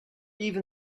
even